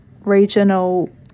regional